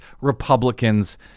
Republicans